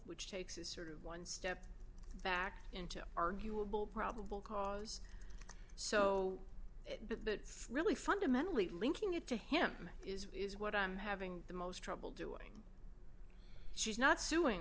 which takes a sort of one step back into arguable probable cause so that really fundamentally linking it to him is is what i'm having the most trouble doing she's not suing